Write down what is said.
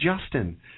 Justin